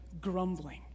grumbling